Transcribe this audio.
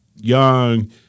young